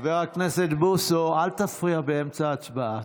חבר הכנסת בוסו, אל תפריע באמצע ההצבעה.